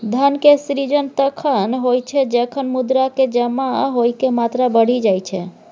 धन के सृजन तखण होइ छै, जखन मुद्रा के जमा होइके मात्रा बढ़ि जाई छै